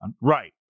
right